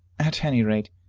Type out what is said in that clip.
at any rate,